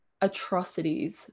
atrocities